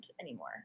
anymore